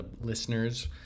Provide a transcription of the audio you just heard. listeners